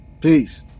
peace